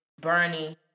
Bernie